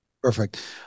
Perfect